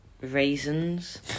raisins